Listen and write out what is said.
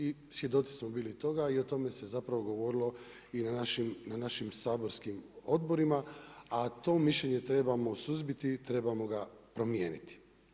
I svjedoci smo bili toga i o tome se zapravo govorilo i na našim saborskim odborima a to mišljenje trebamo suzbiti i trebamo ga promijeniti.